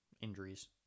injuries